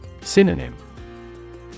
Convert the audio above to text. Synonym